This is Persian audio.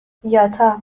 یاتا